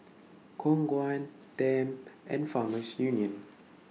Khong Guan Tempt and Farmers Union